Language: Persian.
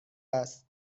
است